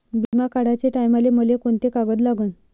बिमा काढाचे टायमाले मले कोंते कागद लागन?